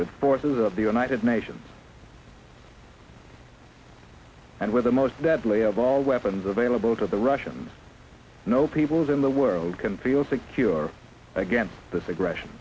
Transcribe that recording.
with forces of the united nations and with the most deadly of all weapons available to the russians no peoples in the world can feel secure against this aggression